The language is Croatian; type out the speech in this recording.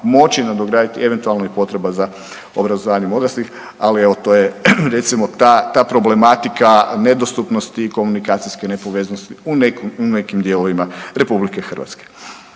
moći nadograditi eventualno i potreba za obrazovanjem odraslih, ali evo to je recimo ta problematika nedostupnosti i komunikacijske nepovezanosti u nekim dijelovima Republike Hrvatske.